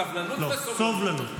סבלנות וסובלנות.